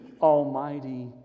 Almighty